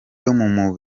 w’umuntu